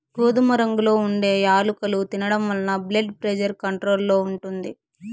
గోధుమ రంగులో ఉండే యాలుకలు తినడం వలన బ్లెడ్ ప్రెజర్ కంట్రోల్ లో ఉంటుంది